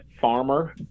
farmer